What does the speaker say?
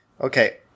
Okay